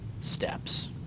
steps